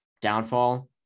downfall